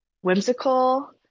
whimsical